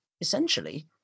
essentially